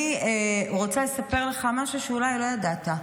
אני רוצה לספר לך משהו שאולי לא ידעת.